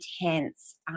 intense